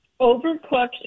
Overcooked